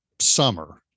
summer